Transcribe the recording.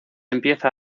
empieza